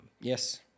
Yes